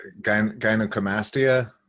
gynecomastia